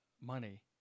money